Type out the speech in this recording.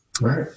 right